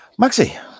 maxi